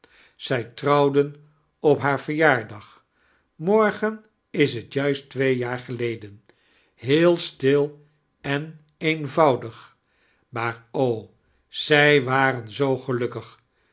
zij trouwden op haar verjaardag mbrgen is t juist twee jaar gelleden heel sitil en eenvoudig rnaai o zij warem zoo gel'ukkig